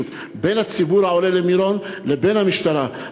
בין הציבור העולה למירון לבין המשטרה.